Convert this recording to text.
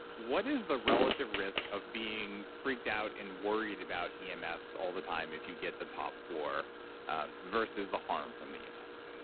what is the relative risk of being freaked out and worried about yeah um emfs all the time if you get the top floor ah versus the harm from the emfs?